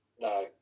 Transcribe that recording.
No